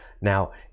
Now